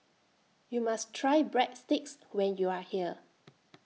YOU must Try Breadsticks when YOU Are here